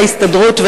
ההסתדרות,